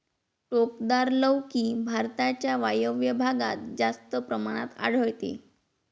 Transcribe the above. टोकदार लौकी भारताच्या वायव्य भागात जास्त प्रमाणात आढळते